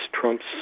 Trump's